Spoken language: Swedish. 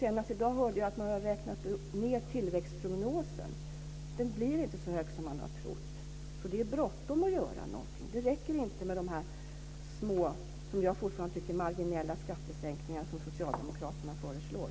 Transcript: Senast i dag hörde jag att man har räknat ned tillväxtprognosen och att tillväxten inte blir så hög som man har trott. Det är bråttom att göra någonting. Det räcker inte med de små, som jag fortfarande tycker, marginella skattesänkningar som Socialdemokraterna föreslår.